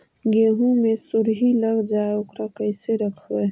गेहू मे सुरही लग जाय है ओकरा कैसे रखबइ?